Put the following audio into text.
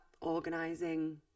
organising